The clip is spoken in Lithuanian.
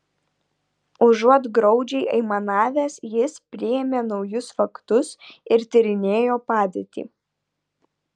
užuot graudžiai aimanavęs jis priėmė naujus faktus ir tyrinėjo padėtį